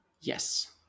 Yes